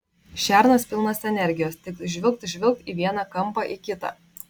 šernas pilnas energijos tik žvilgt žvilgt į vieną kampą į kitą